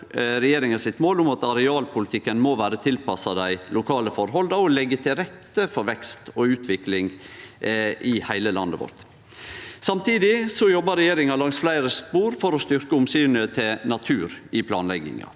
regjeringa om at arealpolitikken må vere tilpassa dei lokale forholda og leggje til rette for vekst og utvikling i heile landet vårt. Samtidig jobbar regjeringa langs fleire spor for å styrkje omsynet til natur i planlegginga.